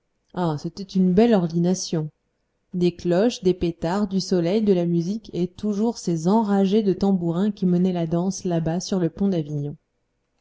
ah c'était une belle ordination des cloches des pétards du soleil de la musique et toujours ces enragés de tambourins qui menaient la danse là-bas sur le pont d'avignon